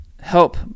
help